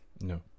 no